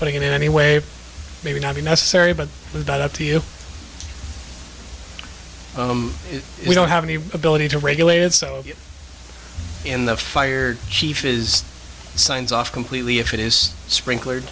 putting in any way maybe not be necessary but that up to you if we don't have any ability to regulate so in the fire chief is signs off completely if it is sprinkler